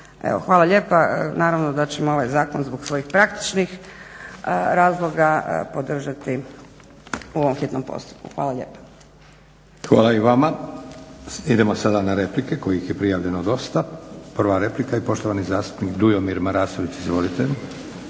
Hvala lijepa. Naravno da ćemo ovaj zakon zbog svojih praktičnih razloga podržati u ovom hitnom postupku. Hvala lijepa. **Leko, Josip (SDP)** Hvala i vama. Idemo sada na replike kojih je prijavljeno dosta. Prva replika i poštovani zastupnik Dujomir Marasović. Izvolite.